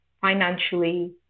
financially